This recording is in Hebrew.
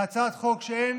בהצעת חוק שאין